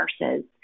nurses